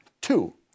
Two